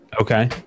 Okay